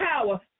power